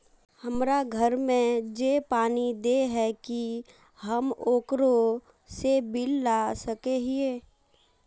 हमरा घर में जे पानी दे है की हम ओकरो से बिल ला सके हिये?